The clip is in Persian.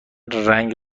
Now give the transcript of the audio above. رنگ